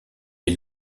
est